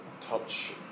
touch